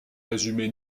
résumé